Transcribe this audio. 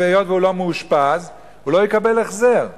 אם הוא לא מאושפז, הוא לא יקבל החזר.